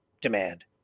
demand